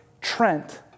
Trent